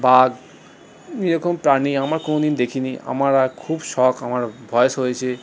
বাঘ এই রকম প্রাণী আমার কোন দিন দেখি নি আমার আর খুব শখ আমার বয়স হয়েছে